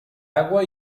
agua